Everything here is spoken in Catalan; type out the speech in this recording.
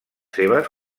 seves